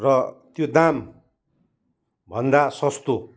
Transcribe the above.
र त्यो दामभन्दा सस्तो